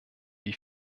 die